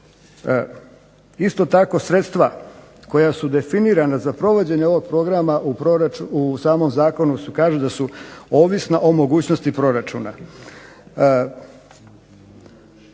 Isto tako sredstva koja su definirana za provođenje ovog programa u samom Zakonu se kaže da su ovisna o mogućnosti proračuna.